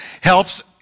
helps